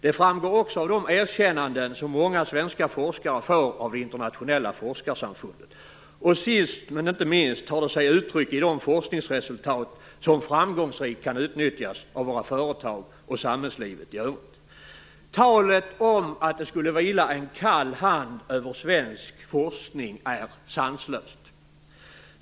Det framgår också av de erkännanden som många svenska forskare får av det internationella forskarsamfundet. Och sist men inte minst tar det sig uttryck i de forskningsresultat som framgångsrikt kan utnyttjas av våra företag och samhällslivet i övrigt. Talet om att det skulle vila en kall hand över svensk forskning är sanslöst.